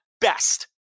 best